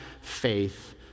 faith